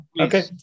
Okay